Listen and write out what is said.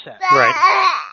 Right